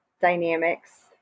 dynamics